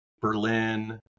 Berlin